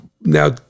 now